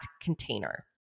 container